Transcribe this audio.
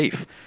safe